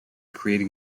creating